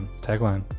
tagline